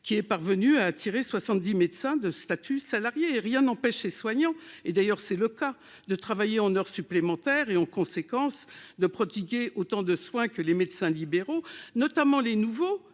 qui est parvenu à attirer 70 médecins de statut salarié et rien n'empêche et soignants et d'ailleurs c'est le cas de travailler en heures supplémentaires et en conséquence de pratiquer autant de soin que les médecins libéraux notamment les nouveaux